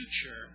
future